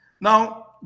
Now